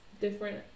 different